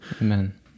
Amen